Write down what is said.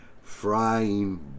frying